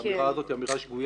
האמירה הזאת היא אמירה שגויה.